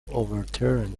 overturn